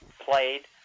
played